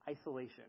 isolation